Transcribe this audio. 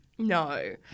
No